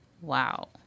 Wow